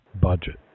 budget